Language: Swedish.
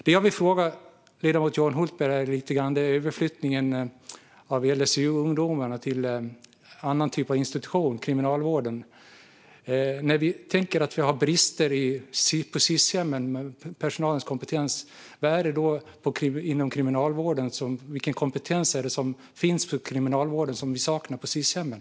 Det jag vill fråga ledamoten Johan Hultberg om handlar om överflyttningen av LSU-ungdomarna till annan typ av institution, nämligen Kriminalvården. Vi tycker ju att det finns brister på Sis-hemmen vad gäller personalens kompetens. Men vilken kompetens finns inom Kriminalvården som saknas på Sis-hemmen?